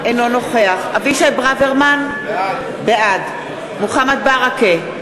אינו נוכח אבישי ברוורמן, בעד מוחמד ברכה,